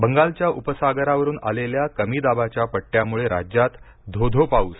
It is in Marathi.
बंगालच्या उपसागरावरून आलेल्या कमी दाबाच्या पट्टयाम्ळे राज्यात धो धो पाऊस